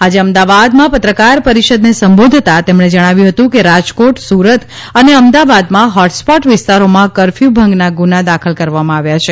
આજે અમદાવાદમા પત્રકાર પરિષદને સંબોધતા તેમણે જણાવ્યુ હતું કે રાજકોટ સૂરત અને અમદાવાદમાં હોટસ્પોટ વિસ્તારોમાં કફ્યુ ભંગના ગુના દાખલ કરવામાં આવ્યા છે